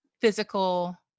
physical